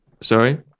sorry